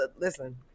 Listen